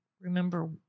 remember